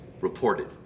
reported